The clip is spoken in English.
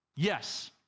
Yes